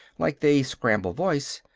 like they scramble voice.